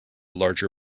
larger